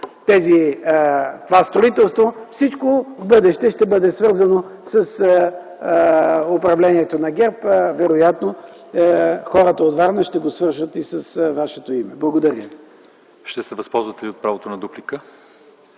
това строителство, всичко в бъдеще ще бъде свързано с управлението на ГЕРБ. Вероятно хората от Варна ще го свързват и с Вашето име. Благодаря. ПРЕДСЕДАТЕЛ ЛЪЧЕЗАР ИВАНОВ: Ще се възползвате ли от правото на дуплика?